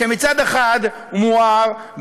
שמצד אחד הוא מואר,